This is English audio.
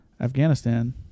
Afghanistan